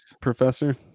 professor